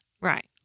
Right